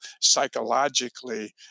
psychologically